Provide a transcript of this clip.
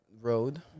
road